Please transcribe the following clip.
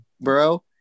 bro